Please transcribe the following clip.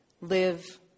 live